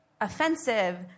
offensive